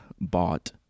bought